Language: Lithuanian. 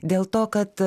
dėl to kad